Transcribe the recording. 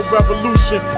Revolution